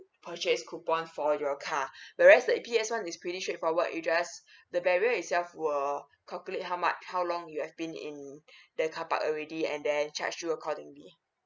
purchase coupon for your car whereas the E_P_S one is pretty straight forward with just the barrier itself will calculate how much how long you have been in the carpark already and then charge you accordingly